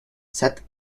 set